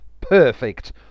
Perfect